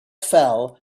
fell